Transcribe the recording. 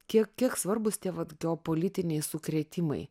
kiek kiek svarbūs tie vat geopolitiniai sukrėtimai